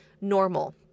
normal